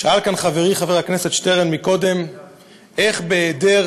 שאל כאן חברי חבר הכנסת שטרן מקודם איך בהיעדר